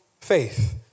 faith